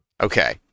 okay